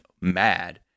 mad